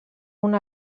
una